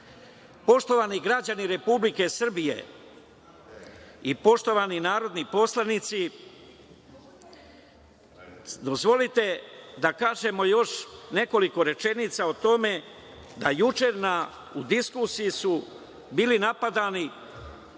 građani Republike Srbije i poštovani narodni poslanici, dozvolite da kažem još nekoliko rečenica o tome da juče u diskusiji su bili napadani